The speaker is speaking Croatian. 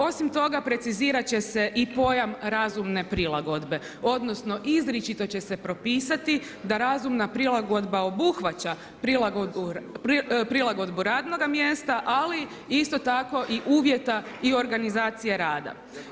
Osim toga, precizirat će se i pojam razumne prilagodbe, odnosno izričito će se propisati da razumna prilagodba obuhvaća prilagodbu radnoga mjesta, ali isto tako i uvjeta i organizacije rada.